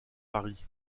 paris